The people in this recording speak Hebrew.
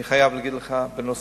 אני חייב לומר לך בנוסף